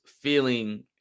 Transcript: feeling